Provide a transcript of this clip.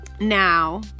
Now